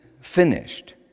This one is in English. finished